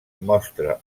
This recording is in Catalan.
mostra